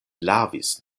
lavis